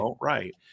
Right